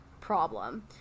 problem